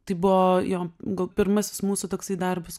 tai buvo jo gal pirmasis mūsų toksai darbas